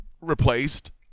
replaced